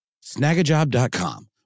Snagajob.com